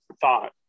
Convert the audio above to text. thought